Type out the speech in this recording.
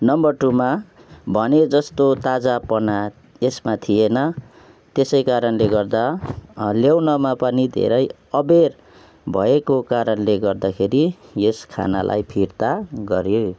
number टुमा भनेजस्तो ताजापना यसमा थिएन त्यसै कारणले गर्दा ल्याउनमा पनि धेरै अबेर भएको कारणले गर्दाखेरि यस खानालाई फिर्ता गरियो